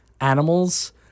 animals